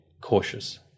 Cautious